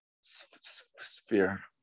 sphere